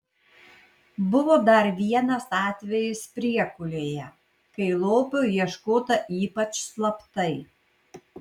buvo dar vienas atvejis priekulėje kai lobio ieškota ypač slaptai